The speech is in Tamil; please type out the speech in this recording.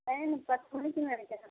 டைமு பத்து மணிக்கின்னு நினைக்கிறேன்